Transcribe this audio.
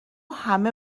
همه